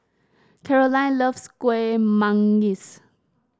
Caroline loves Kueh Manggis